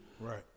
Right